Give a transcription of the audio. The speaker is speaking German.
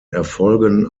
erfolgen